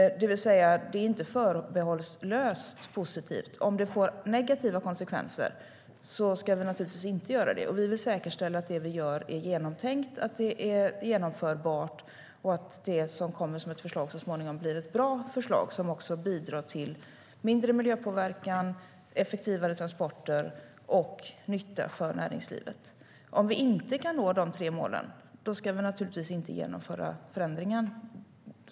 Det är inte förbehållslöst positivt. Om längre och tyngre fordon får negativa konsekvenser ska vi naturligtvis inte tillåta dem. Vi vill säkerställa att det som vi gör är genomtänkt och genomförbart så att det så småningom blir ett bra förslag som bidrar till mindre miljöpåverkan, effektivare transporter och nytta för näringslivet. Om vi inte kan nå dessa tre mål ska vi naturligtvis inte genomföra den här förändringen.